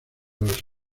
los